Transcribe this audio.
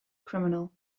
criminal